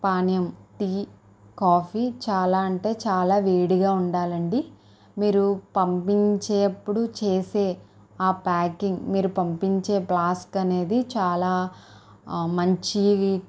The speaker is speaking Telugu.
పానీయం టీ కాఫీ చాలా అంటే చాలా వేడిగా ఉండాలండి మీరు పంపించే అప్పుడు చేసే ఆ ప్యాకింగ్ మీరు పంపించే ప్లాస్క్ అనేది చాలా మంచి